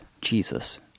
Jesus